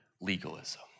legalism